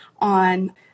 on